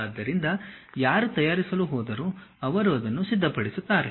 ಆದ್ದರಿಂದ ಯಾರು ತಯಾರಿಸಲು ಹೋದರೂ ಅವರು ಅದನ್ನು ಸಿದ್ಧಪಡಿಸುತ್ತಾರೆ